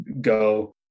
go